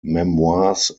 memoirs